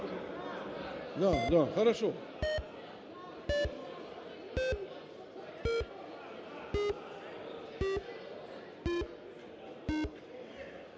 Дякую.